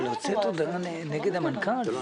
בהורייזן זו עוד תכנית של ישראל עם האיחוד האירופי,